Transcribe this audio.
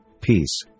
peace